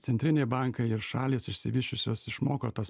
centriniai bankai ir šalys išsivysčiusios išmoko tas